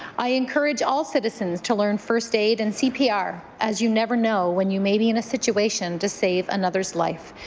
i encourage all citizens to learn first aid and cpr as you never know when you may be in a situation to save another's life.